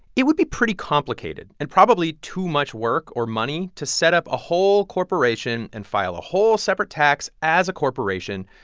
it would be pretty complicated and probably too much work or money to set up a whole corporation and file a whole separate tax as a corporation.